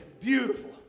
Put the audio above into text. beautiful